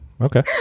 okay